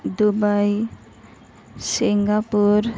Dubai Singapore